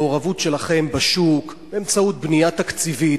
למעורבות שלכם בשוק באמצעות בנייה תקציבית,